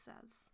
says